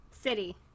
City